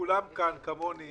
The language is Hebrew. שכולם כאן כמוני